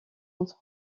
entre